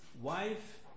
wife